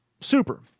Super